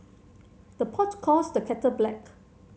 the pot calls the kettle black